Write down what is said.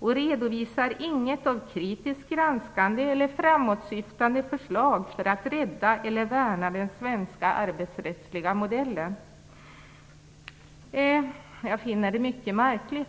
Det redovisar inget av kritiskt granskande eller framåtsyftande förslag för att rädda eller värna den svenska arbetsrättsliga modellen. Jag finner det mycket märkligt.